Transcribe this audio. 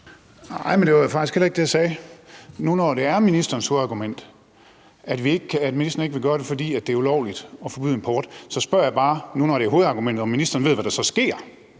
Nej, men det var faktisk heller ikke det, jeg sagde. Når det nu er ministerens hovedargument, at ministeren ikke vil gøre det, fordi det er ulovligt at forbyde import, så spørger jeg bare, om ministeren ved, hvad der så sker.